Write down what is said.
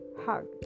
hug